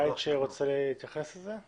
שרוצה להתייחס לזה?